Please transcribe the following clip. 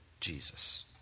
Jesus